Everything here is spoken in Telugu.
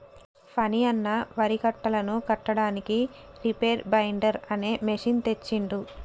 ఫణి అన్న వరి కట్టలను కట్టడానికి రీపేర్ బైండర్ అనే మెషిన్ తెచ్చిండు